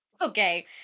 Okay